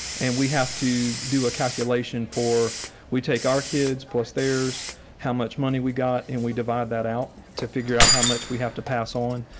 and we have to do a calculation for we take our kids plus there's how much money we got. and we divide that out to figure out how much we have to pass on.